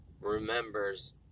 remembers